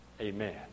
Amen